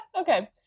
Okay